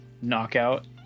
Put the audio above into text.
knockout